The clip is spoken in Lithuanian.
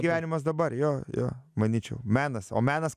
gyvenimas dabar jo jo manyčiau menas o menas